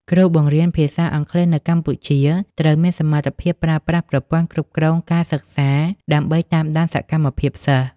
គ្រូបង្រៀនភាសាអង់គ្លេសនៅកម្ពុជាត្រូវមានសមត្ថភាពប្រើប្រាស់ប្រព័ន្ធគ្រប់គ្រងការសិក្សា ដើម្បីតាមដានសកម្មភាពសិស្ស។